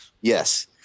Yes